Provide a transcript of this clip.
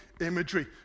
imagery